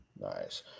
Nice